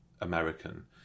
American